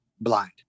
blind